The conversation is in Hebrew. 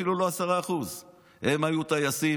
אפילו לא 10%. הם היו טייסים,